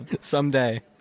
Someday